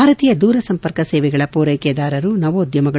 ಭಾರತೀಯ ದೂರ ಸಂಪರ್ಕ ಸೇವೆಗಳ ಮೂರೈಕೆದಾರರು ನವೋದ್ಯಮಗಳು